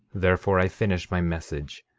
therefore i finish my message.